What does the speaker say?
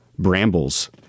Brambles